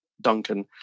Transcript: Duncan